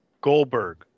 Goldberg